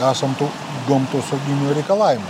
esam tų gamtosauginių reikalavimų